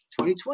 2020